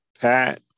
pat